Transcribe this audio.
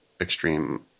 extreme